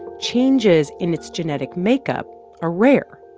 changes in its genetic makeup are rare,